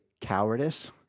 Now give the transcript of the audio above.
cowardice